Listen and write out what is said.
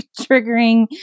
triggering